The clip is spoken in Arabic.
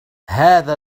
هذا